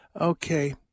Okay